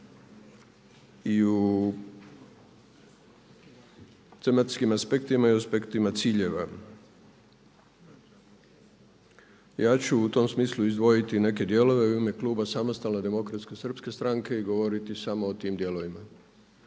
i u tematskim aspektima i u aspektima ciljeva. Ja ću u tom smislu izdvojiti i neke dijelove i u ime kluba Samostalne demokratske srpske stranke i govoriti samo o tim dijelovima